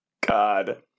god